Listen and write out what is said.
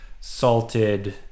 salted